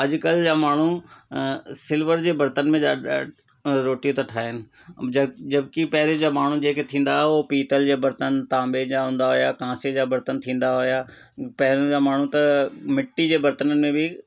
अॼुकल्ह जा माण्हू अ सिलवर जे बर्तन में रोटी था ठाहिनि जब जबकी पहिरीं जा माण्हू जेके थींदा हो पीतल जे बर्तन तांबे जा हूंदा हुया कांसे जा बर्तन थींदा हुया पहिरयों जा माण्हू त मिटी जे बर्तननुनि में बि